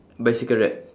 bicycle rep